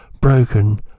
Broken